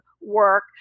work